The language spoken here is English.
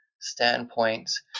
standpoints